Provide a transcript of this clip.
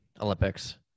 Olympics